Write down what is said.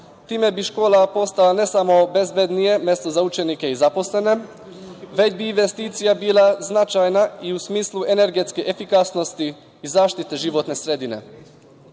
Time bi škola postala ne samo bezbednije mesto za učenike u zaposlene, već bi investicija bila značajna i u smislu energetske efikasnosti i zaštite životne sredine. Drugi